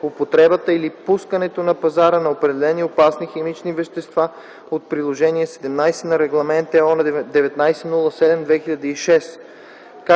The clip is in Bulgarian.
употребата или пускането на пазара на определени опасни химични вещества от Приложение XVII на Регламент (ЕО) № 1907/2006,